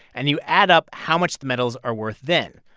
and you add up how much the metals are worth then.